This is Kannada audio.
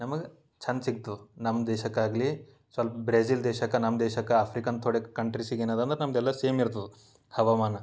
ನಮಗೆ ಚಂದೆ ಸಿಗ್ತದೆ ನಮ್ಮ ದೇಶಕ್ಕಾಗಲಿ ಸ್ವಲ್ಪ ಬ್ರೆಝಿಲ್ ದೇಶಕ್ಕೆ ನಮ್ಮ ದೇಶಕ್ಕೆ ಆಫ್ರಿಕನ್ ಥೋಡೆ ಕಂಟ್ರಿಸಿಗೆ ಏನು ಅದ ಅಂದ್ರೆ ನಮ್ಮದೆಲ್ಲ ಸೇಮ್ ಇರ್ತದೆ ಹವಾಮಾನ